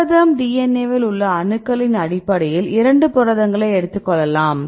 புரதம் DNAவில் உள்ள அணுக்களின் அடிப்படையில் இரண்டு புரதங்களை எடுத்துக் கொள்ளலாம்